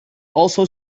also